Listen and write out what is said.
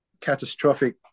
catastrophic